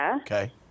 Okay